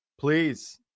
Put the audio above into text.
Please